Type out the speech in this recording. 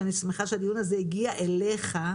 אני שמחה שהדיון הזה הגיע אליך,